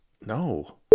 No